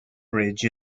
bridge